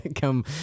come